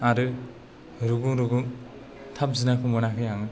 आरो रुगुं रुगुं थाब जिनायखौ मोनाखै आङो